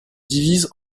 divise